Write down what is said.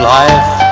life